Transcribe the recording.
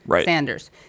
Sanders